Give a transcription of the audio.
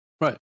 Right